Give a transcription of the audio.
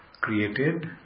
created